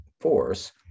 force